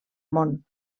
món